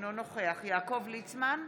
אינו נוכח יעקב ליצמן,